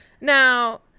now